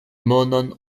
monon